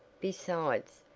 besides,